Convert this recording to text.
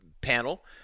panel